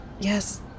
Yes